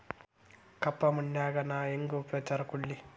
ಕಪ್ಪ ಮಣ್ಣಿಗ ನಾ ಹೆಂಗ್ ಉಪಚಾರ ಕೊಡ್ಲಿ?